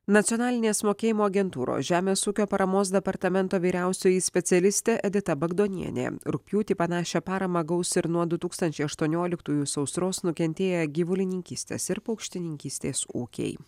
nacionalinės mokėjimo agentūros žemės ūkio paramos departamento vyriausioji specialistė edita bagdonienė rugpjūtį panašią paramą gaus ir nuo du tūkstančiai aštuonioliktųjų sausros nukentėję gyvulininkystės ir paukštininkystės ūkiai